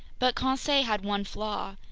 but conseil had one flaw.